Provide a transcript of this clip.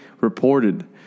reported